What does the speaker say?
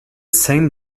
same